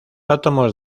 átomos